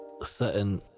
certain